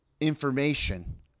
information